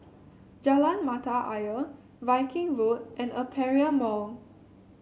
Jalan Mata Ayer Viking Road and Aperia Mall